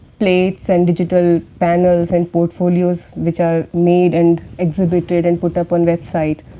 plates and digital panels and portfolios, which are made and exhibited and put up on website,